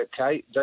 okay